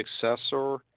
Successor